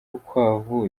urukwavu